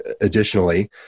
additionally